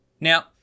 Now